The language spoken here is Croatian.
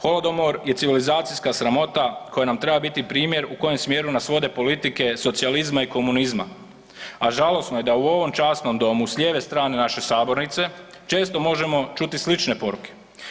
Holodomor je civilizacijska sramota koja nam treba biti primjer u kojem smjeru nas vode politike socijalizma i komunizma, a žalosno je da u ovom časnom domu s lijeve strane naše sabornice često možemo čuti slične poruke.